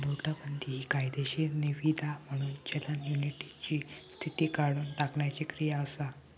नोटाबंदी हि कायदेशीर निवीदा म्हणून चलन युनिटची स्थिती काढुन टाकण्याची क्रिया असा